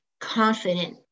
confident